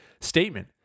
statement